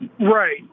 Right